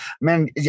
man